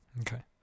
Okay